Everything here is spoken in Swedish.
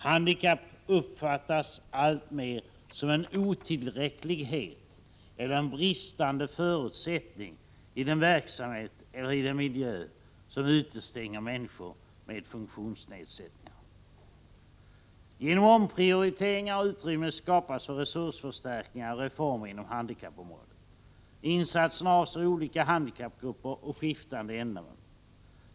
Handikapp uppfattas alltmer som en otillräcklighet eller en bristande förutsättning i den verksamhet eller i den miljö som utestänger människor med funktionsnedsättningar. Genom omprioriteringar har utrymme skapats för resursförstärkningar och reformer inom handikappområdet. Insatserna avser olika handikappgrupper och skiftande ändamål.